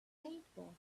paintball